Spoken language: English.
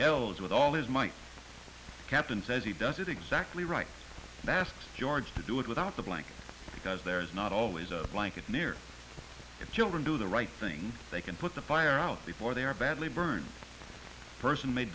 yells with all his might captain says he does it exactly right that asked george to do it without the blankets because there is not always a blanket near the children do the right thing they can put the fire out before they are badly burned person